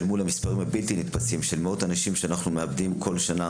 אל מול המספרים הבלתי נתפסים של מאות האנשים שאנחנו מאבדים בכל שנה,